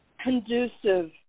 conducive